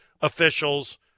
officials